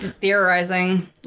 theorizing